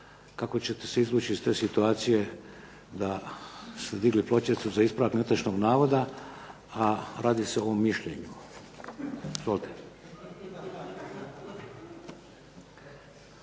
kako ćete se izvući iz te situacije da ste digli pločicu za ispravak netočnog navoda, a radi se o mišljenju. Izvolite.